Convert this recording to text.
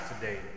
today